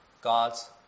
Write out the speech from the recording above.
God's